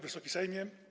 Wysoki Sejmie!